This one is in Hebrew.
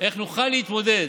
איך נוכל להתמודד,